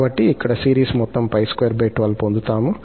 కాబట్టి ఇక్కడ సిరీస్ మొత్తం 𝜋212 పొందుతాము